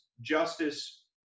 justice